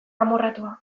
amorratua